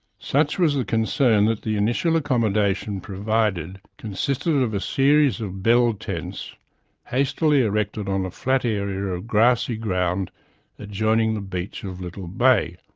such was the concern that the initial accommodation provided consisted of a series of bell tents hastily erected on a flat area of grassy ground adjoining the beach of little bay,